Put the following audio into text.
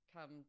come